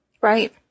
right